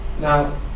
Now